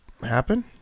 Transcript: happen